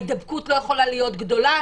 במשרדי ממשלה ההידבקות לא יכולה להיות גדולה,